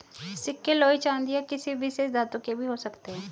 सिक्के लोहे चांदी या किसी विशेष धातु के भी हो सकते हैं